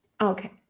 Okay